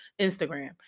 Instagram